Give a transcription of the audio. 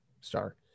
star